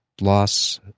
loss